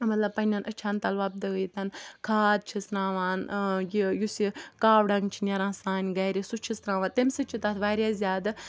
مَطلَب پَننٮ۪ن أچھَن تَل وۄبدٲوِتھ کھاد چھِس ناوان یہِ یُس یہِ کاو ڈَنٛگ چھُ نیران سانہِ گَرِ سُہ چھِس تراوان تمہِ سۭتۍ چھُ تَتھ واریاہ زیادٕ